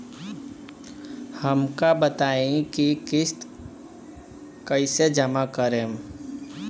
हम का बताई की किस्त कईसे जमा करेम?